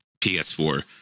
PS4